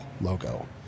logo